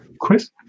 Chris